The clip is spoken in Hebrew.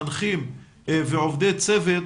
מנחים ועובדי צוות